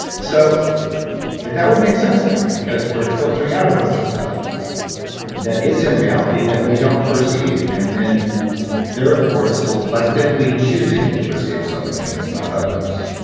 so that would make sense there because we're filtering out a bunch of stuff that is in reality that we don't perceive and then therefore selectively choosing to perceive some things, not others.